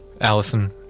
Allison